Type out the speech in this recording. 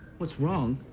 what's wrong?